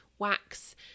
wax